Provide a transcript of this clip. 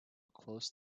close